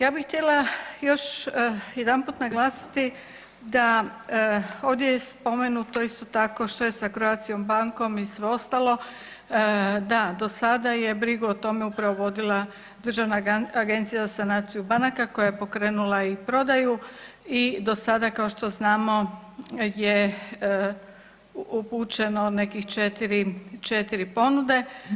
Ja bih htjela još jedanput naglasiti da je ovdje spomenuto isto tako što je Croatia bankom i sve ostalo, da do sada je brigu o tome upravo vodila Državna agencija za sanaciju banaka koja je pokrenula i prodaju i do sada kao što znamo je upućeno nekih četiri ponude.